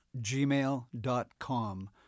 gmail.com